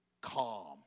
calm